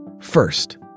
First